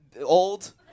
old